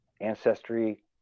Ancestry